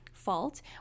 fault